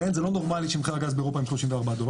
זה לא נורמלי שמחירי הגז באירופה הם 34 דולר.